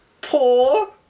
poor